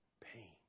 pain